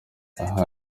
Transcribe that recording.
aha